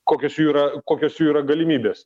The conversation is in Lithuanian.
kokios jų yra kokios jų yra galimybės